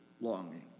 longing